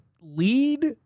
lead